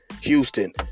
Houston